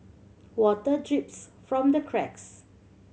water drips from the cracks